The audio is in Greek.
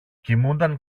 κοιμούνταν